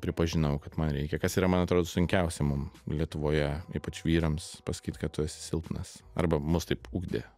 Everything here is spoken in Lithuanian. pripažinau kad man reikia kas yra man atrodo sunkiausia mum lietuvoje ypač vyrams pasakyt kad tu esi silpnas arba mus taip ugdė